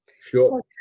Sure